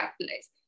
capitalize